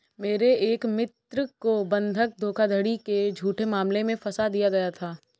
मेरे एक मित्र को बंधक धोखाधड़ी के झूठे मामले में फसा दिया गया था